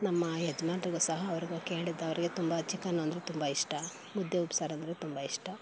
ನಮ್ಮ ಯಜಮಾನ್ರಿಗೂ ಸಹ ಅವರಿಗೆ ಅವರಿಗೆ ತುಂಬ ಚಿಕನ್ನು ಅಂದರೆ ತುಂಬ ಇಷ್ಟ ಮುದ್ದೆ ಉಪ್ಸಾರಂದ್ರೂ ತುಂಬ ಇಷ್ಟ